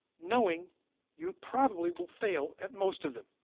knowing you probably will fail at most of them.